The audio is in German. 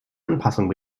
anpassung